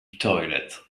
toilet